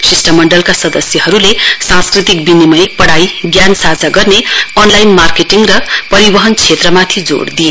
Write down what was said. शिष्टमण्डलका सदस्यहरूले सांस्कृतिक विनिमय पढ़ाई ज्ञान साझा गर्ने अनलाइन मार्केटिङ र परिवहन क्षेत्रमाथि जोड़ दिए